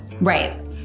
Right